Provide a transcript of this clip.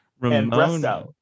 Ramona